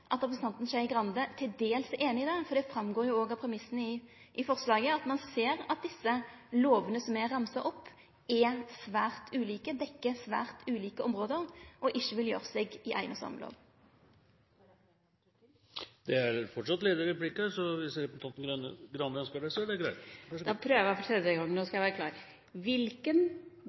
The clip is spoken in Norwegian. at representanten Skei Grande dels er einig i det, for det framgår av premissane i forslaget at ein ser at desse lovane som er ramsa opp, er svært ulike – dekkjer svært ulike område – og ikkje vil gjere seg i ein og same lov. Da prøver jeg for tredje gang, og nå skal jeg være klar: Er det mulig for